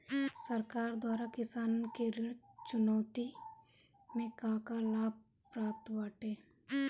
सरकार द्वारा किसानन के ऋण चुकौती में का का लाभ प्राप्त बाटे?